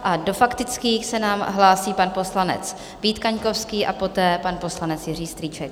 Do faktických se nám hlásí pan poslanec Vít Kaňkovský a poté pan poslanec Jiří Strýček.